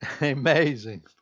Amazing